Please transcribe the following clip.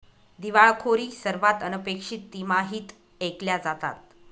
दिवाळखोरी सर्वात अनपेक्षित तिमाहीत ऐकल्या जातात